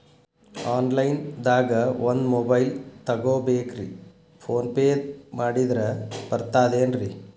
Online ದಾಗ ಒಂದ್ mobile ತಗೋಬೇಕ್ರಿ ಫೋನ್ ಪೇ ಮಾಡಿದ್ರ ಬರ್ತಾದೇನ್ರಿ?